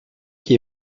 qui